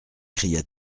cria